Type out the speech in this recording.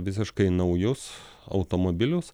visiškai naujus automobilius